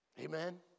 Amen